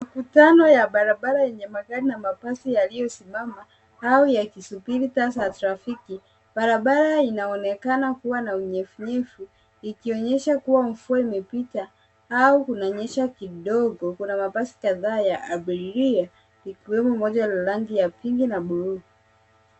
Mkutano ya barabara yenye magari na mabasi yaliyosimama au yakisubiri taa za trafiki. Barabara inaonekana kuwa na unyevunyevu, ikionyesha kuwa mvua imepita au kunanyesha kidogo. Kuna mabasi kadhaa ya abiria, ikiwemo moja ya rangi la pinki na buluu.